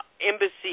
Embassy